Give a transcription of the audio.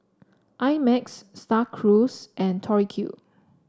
I Max Star Cruise and Tori Q